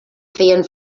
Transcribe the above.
feien